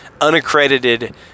unaccredited